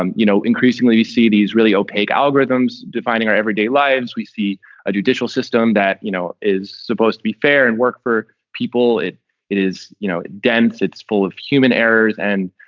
um you know, increasingly you see these really opaque algorithms defining our everyday lives. we see a judicial system that, you know, is supposed to be fair and work for people. it it is you know dense, it's full of human errors. and,